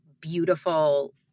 beautiful